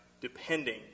Depending